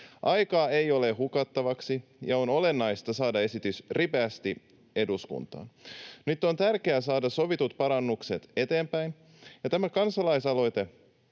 Aikaa ei ole hukattavaksi, ja on olennaista saada esitys ripeästi eduskuntaan. Nyt on tärkeää saada sovitut parannukset eteenpäin, ja tämä kansalaisaloite